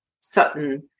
Sutton